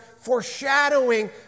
foreshadowing